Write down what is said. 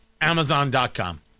Amazon.com